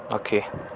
okay